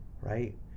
Right